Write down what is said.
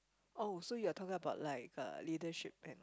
oh so you're talking about like uh leadership and